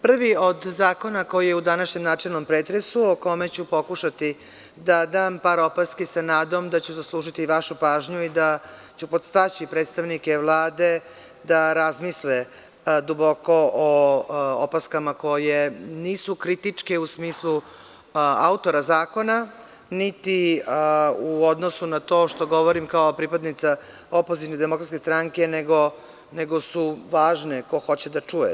Prvi od zakona koji je u današnjem načelnom pretresu o kome ću pokušati da dam par opaski sa nadom da ću zaslužiti vašu pažnju i da ću podstaći predstavnike Vlade da razmisle duboko o opaskama koje nisu kritičke u smislu autora zakona, niti u odnosu na to što govorim kao pripadnica opozicione DS, nego su važne ko hoće da čuje.